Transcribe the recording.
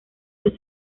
los